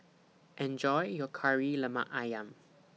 Enjoy your Kari Lemak Ayam